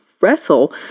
wrestle